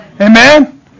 Amen